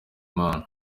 imana